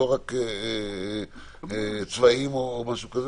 לא רק צבאיים או משהו כזה.